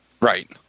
Right